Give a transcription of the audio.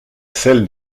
celle